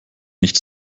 nicht